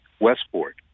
Westport